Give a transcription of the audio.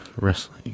wrestling